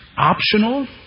Optional